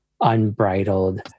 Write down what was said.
unbridled